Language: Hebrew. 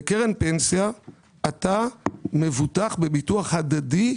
בקרן פנסיה אתה מבוטח בביטוח הדדי,